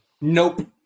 Nope